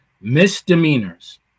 misdemeanors